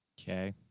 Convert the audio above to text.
Okay